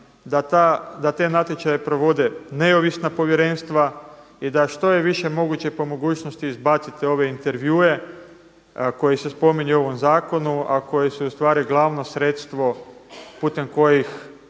da te natječaje provode neovisna povjerenstva i da što je više moguće po mogućnosti izbacite ove intervjue koji se spominju u ovom zakonu, a koji su ustvari glavno sredstvo putem kojih